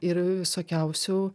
ir visokiausių